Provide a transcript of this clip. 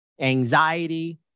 anxiety